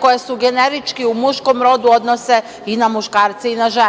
koja su generički u muškom rodu odnose i na muškarce i na žene,